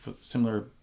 similar